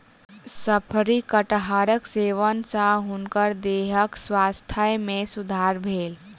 शफरी कटहरक सेवन सॅ हुनकर देहक स्वास्थ्य में सुधार भेल